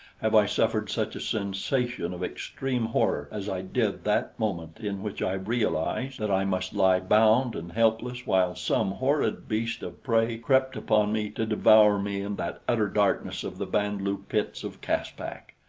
have i suffered such a sensation of extreme horror as i did that moment in which i realized that i must lie bound and helpless while some horrid beast of prey crept upon me to devour me in that utter darkness of the band-lu pits of caspak.